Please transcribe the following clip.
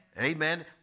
amen